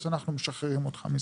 אז אנחנו משחררים אותך מזה.